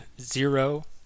zero